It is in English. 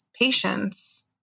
patience